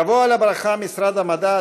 יבוא על הברכה משרד המדע,